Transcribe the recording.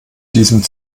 diesem